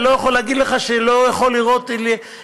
לא יכול להגיד לך שלא יכול להיות שפתאום